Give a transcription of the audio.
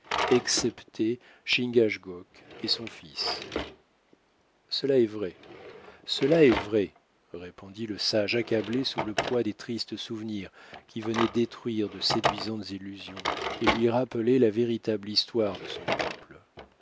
excepté chingachgook et son fils cela est vrai cela est vrai répondit le sage accablé sous le poids des tristes souvenirs qui venaient détruire de séduisantes illusions et lui rappeler la véritable histoire de son peuple